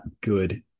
good